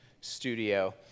studio